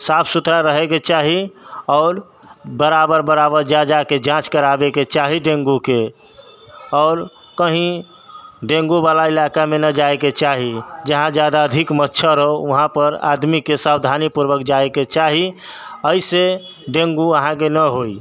साफ सुथड़ा रहैके चाही आओर बराबर बराबर जा जाके जाँच करावैके चाही डेंगूके आओर कहीं डेंगूवला इलाकामे नहि जायके चाही जहाँ जादा अधिक मच्छर हो उहांपर आदमीके सावधानी पूर्वक जायके चाही अहीसँ डेंगू अहाँके नहि होइ